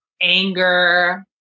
anger